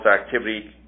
activity